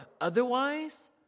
otherwise